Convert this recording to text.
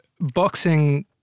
boxing